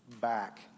back